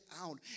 out